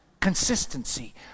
Consistency